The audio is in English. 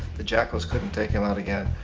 the jackals couldn't take him out again,